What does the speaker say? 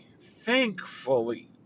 thankfully